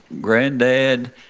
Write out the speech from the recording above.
granddad